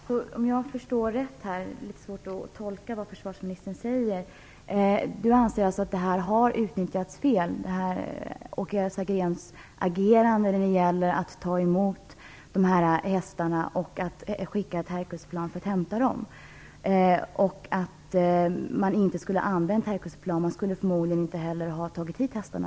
Herr talman! Om jag förstår det hela rätt, det är litet svårt att tolka vad försvarsministern säger, anser försvarsministern att detta varit felaktigt, dvs. Åke Sagréns agerande när det gäller att ta emot hästarna och att skicka ett Herculesplan för att hämta dem. Man skulle inte ha använt Herculesplanen och förmodligen inte heller tagit hit hästarna.